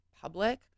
public